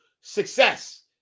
success